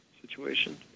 situation